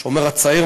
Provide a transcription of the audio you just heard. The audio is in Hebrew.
"השומר הצעיר",